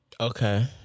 Okay